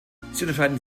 unterscheiden